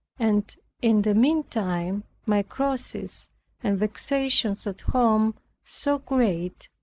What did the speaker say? and in the meantime my crosses and vexations at home so great,